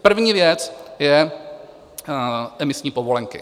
První věc je emisní povolenky.